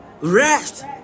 rest